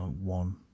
one